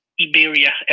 iberia